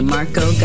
Marco